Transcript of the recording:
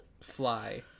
fly